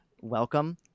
welcome